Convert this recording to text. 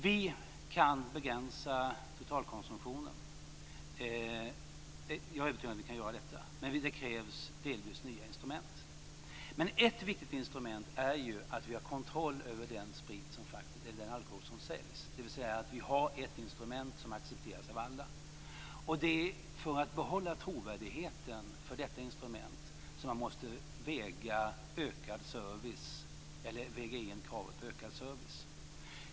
Vi kan begränsa totalkonsumtionen. Jag utgår från att vi kan göra det. Men det krävs delvis nya instrument. Ett viktigt instrument är ju att vi har kontroll över den alkohol som säljs, dvs. att vi har ett instrument som accepteras av alla. Det är för att behålla trovärdigheten för detta instrument som man måste väga in kravet på ökad service.